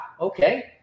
okay